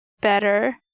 better